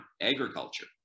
agriculture